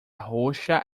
roxa